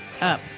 Up